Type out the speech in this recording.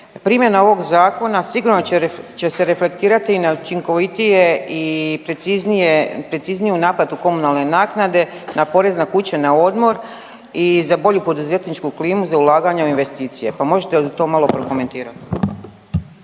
primjena ovog zakona sigurno će se reflektirati i na učinkovitije i precizniju naplatu komunalne naknade na porez na kuće na odmor i za bolju poduzetničku klimu, za ulaganja u investicije. Pa možete li to malo prokomentirati?